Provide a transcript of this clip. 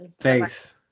thanks